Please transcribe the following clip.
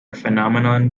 phenomenon